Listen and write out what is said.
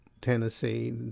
Tennessee